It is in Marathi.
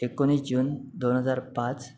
एकोणीस जून दोन हजार पाच